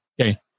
Okay